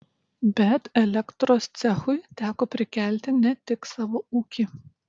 bet elektros cechui teko prikelti ne tik savo ūkį